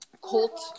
Colt